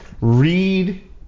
read